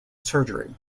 surgery